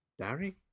Dairy